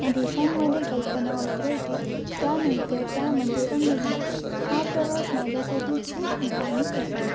दृश्यांमध्येे कल्पना उतरवते त्यानंतर त्यामध्ये रंग भरते हा प्रवास माझ्यासाठी खूप भावनिक असतो